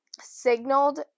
signaled